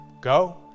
go